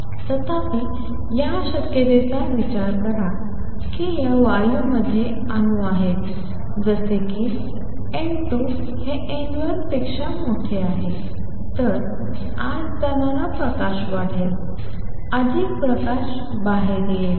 तथापि या शक्यतेचा विचार करा की या वायूमध्ये अणू आहेत जसे की N2 हे N1 पेक्षा मोठे आहे तर आत जाणारा प्रकाश वाढेल अधिक प्रकाश बाहेर येईल